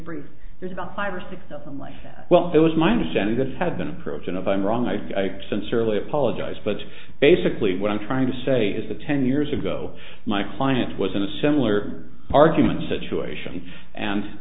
brief there's about five or six of them like that well it was my understanding this had been approach and if i'm wrong i sincerely apologize but basically what i'm trying to say is that ten years ago my client was in a similar argument situation and